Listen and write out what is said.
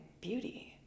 beauty